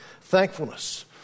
thankfulness